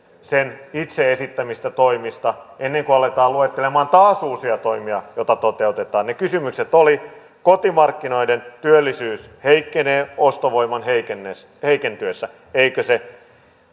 sen itse esittämistä toimista ennen kuin aletaan luettelemaan taas uusia toimia joita toteutetaan ne kysymykset olivat kotimarkkinoiden työllisyys heikkenee ostovoiman heikentyessä eikö se